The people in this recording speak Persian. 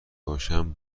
باشم